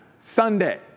Sunday